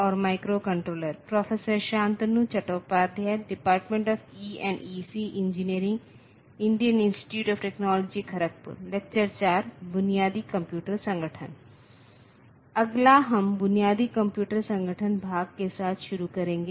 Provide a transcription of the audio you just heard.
अगला हम बुनियादी कंप्यूटर संगठन भाग के साथ शुरू करेंगे